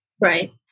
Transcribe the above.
right